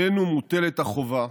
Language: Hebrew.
עלינו מוטלת החובה